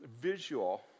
visual